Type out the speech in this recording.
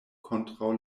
kontraŭ